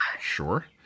Sure